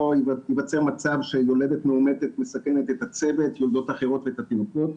ייווצר מצב שיולדת מאומתת מסכנת את הצוות ויולדות אחרות ואת התינוקות.